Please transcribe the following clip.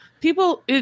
People